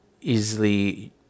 easily